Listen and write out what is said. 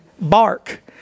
bark